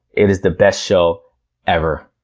it is the best show ever,